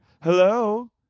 Hello